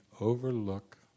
overlook